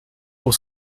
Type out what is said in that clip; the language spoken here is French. pour